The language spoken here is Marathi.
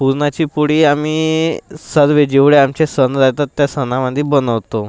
पुरणाची पोळी आम्ही सर्व जेवढे आमचे सण राहतात त्या सणामध्ये बनवतो